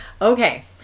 Okay